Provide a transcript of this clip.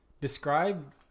Describe